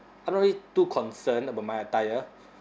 I'm not really too concerned about my attire